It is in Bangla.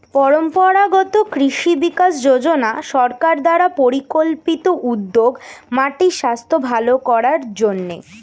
পরম্পরাগত কৃষি বিকাশ যোজনা সরকার দ্বারা পরিকল্পিত উদ্যোগ মাটির স্বাস্থ্য ভাল করার জন্যে